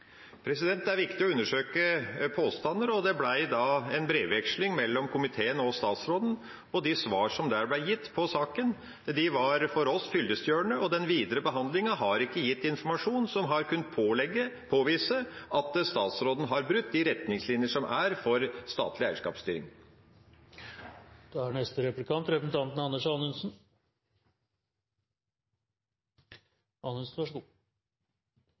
Det er viktig å undersøke påstander. Det ble en brevveksling mellom komiteen og statsråden, og de svar som ble gitt på saken, var for oss fyllestgjørende. Den videre behandlinga har ikke gitt informasjon som har kunnet påvise at statsråden har brutt de retningslinjer som er for statlig eierskapsstyring. La meg først korrigere noe i representanten